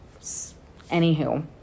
anywho